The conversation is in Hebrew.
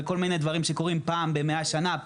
וכל מיני דברים שקורים פעם ב-100 שנה,